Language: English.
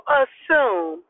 assume